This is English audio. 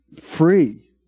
free